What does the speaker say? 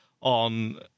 on